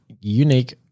unique